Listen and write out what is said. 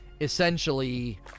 essentially